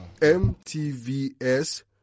MTVS